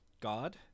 God